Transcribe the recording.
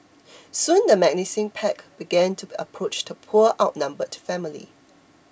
soon the menacing pack began to approach the poor outnumbered family